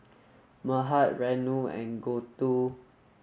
Mahade Renu and Gouthu